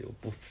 have to